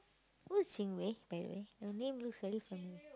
who's Chin-Wei by the way the name looks very familiar